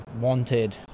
wanted